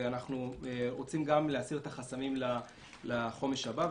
ואנחנו גם רוצים להסיר את החסמים לחומש הבא.